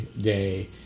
day